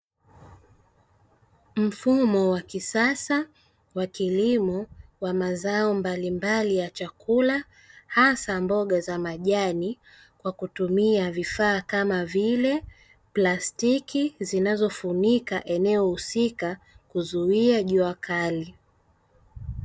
Mfumo wa kisasa wa kilimo wa mazao mbalimbali ya chakula hasa mboga za majani kwa kutumia vifaa kama vile plastiki zinazofunika eneo husika kuzuia jua kali.